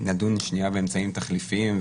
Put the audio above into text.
נדון שנייה באמצעים התחליפיים,